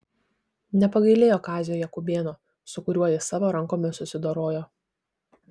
nepagailėjo kazio jakubėno su kuriuo jis savo rankomis susidorojo